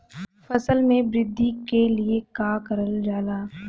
फसल मे वृद्धि के लिए का करल जाला?